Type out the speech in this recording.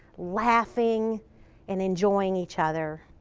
laughing and enjoying each other.